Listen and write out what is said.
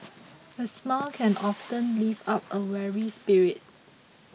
a smile can often lift up a weary spirit